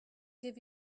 give